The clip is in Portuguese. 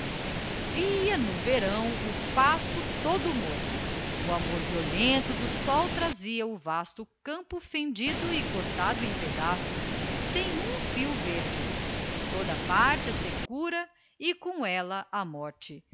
via no verão o pasto todo morto o amor violento do sol trazia o vasto campo fendido e cortado em pedaços sem um fio verde por toda a parte a seccura e com ella a morte